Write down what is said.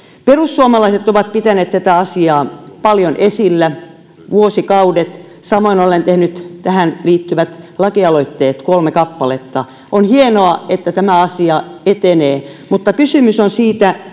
perussuomalaiset ovat pitäneet tätä asiaa paljon esillä vuosikaudet samoin olen tehnyt tähän liittyvät lakialoitteet kolme kappaletta on hienoa että tämä asia etenee mutta kysymys on siitä